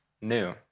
new